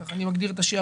כך אני מגדיר את השערים,